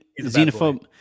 xenophobe